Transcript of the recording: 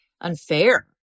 unfair